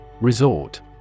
Resort